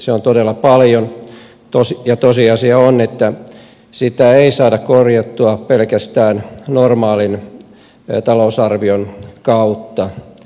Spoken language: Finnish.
se on todella paljon ja tosiasia on että sitä ei saada korjattua pelkästään normaalin talousarvion kautta